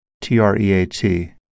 T-R-E-A-T